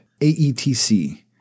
AETC